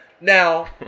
Now